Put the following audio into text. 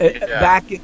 back